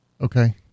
Okay